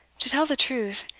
to tell the truth,